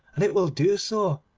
and it will do so